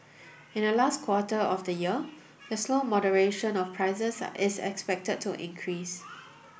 in the last quarter of the year the slow moderation of prices is expected to increase